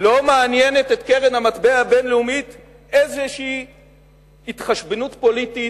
לא מעניינת את קרן המטבע הבין-לאומית איזושהי התחשבנות פוליטית,